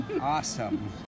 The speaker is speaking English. awesome